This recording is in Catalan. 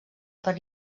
per